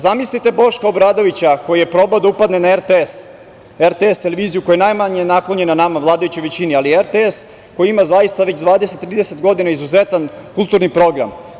Zamislite Boška Obradovića koji je probao da upadne na RTS, televiziju koja je najmanje naklonjena nama, vladajućoj većini, ali RTS koji ima već 20-30 godina izuzetan kulturni program.